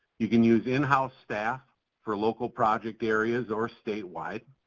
you can use in-house staff for local project areas or statewide.